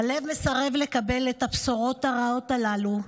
הלב מסרב לקבל את הבשורות הרעות הללו.